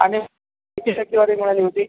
आणि किती टक्केवारी मिळाली होती